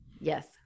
yes